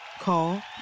Call